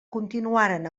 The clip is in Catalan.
continuaren